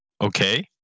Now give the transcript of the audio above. Okay